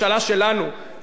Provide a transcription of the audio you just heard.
היו עוד עשרה ערוצים.